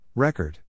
Record